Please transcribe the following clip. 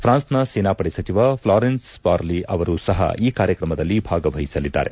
ಫ್ರಾನ್ಸ್ನ ಸೇನಾಪಡೆ ಸಚಿವ ಫ್ಲಾರೆನ್ಸ್ ಪಾರ್ಲಿ ಅವರು ಸಹ ಈ ಕಾರ್ಯಕ್ರಮದಲ್ಲಿ ಭಾಗವಹಿಸಲಿದ್ದಾರೆ